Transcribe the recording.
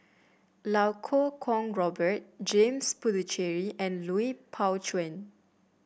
Iau Kuo Kwong Robert James Puthucheary and Lui Pao Chuen